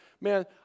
man